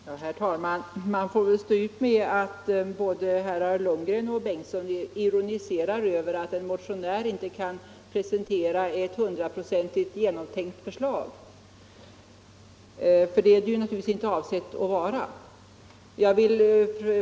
Herr talman! Man får väl stå ut med att både herr Lundgren och herr Bengtsson i Göteborg ironiserar över att en motionär inte kan presentera ett hundraprocentigt genomtänkt förslag, för det är det naturligtvis inte avsett att vara.